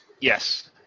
Yes